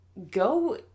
go